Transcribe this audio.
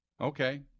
Okay